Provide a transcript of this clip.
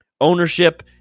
ownership